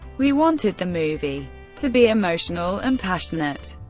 we wanted the movie to be emotional and passionate.